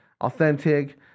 authentic